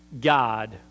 God